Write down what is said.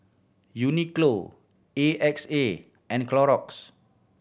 Uniqlo A X A and Clorox